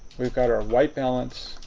we've got our white balance.